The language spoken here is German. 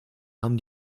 haben